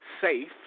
safe